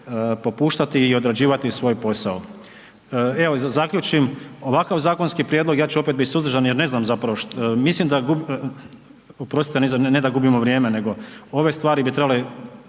popuštati i odrađivati svoj posao. Evo da zaključim, ovakav zakonski prijedlog, ja ću opet biti suzdržan jer ne znam zapravo, mislim da, oprostite ne da gubimo vrijeme, nego ove stvari bi trebale,